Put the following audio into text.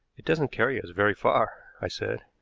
it doesn't carry us very far, i said.